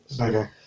okay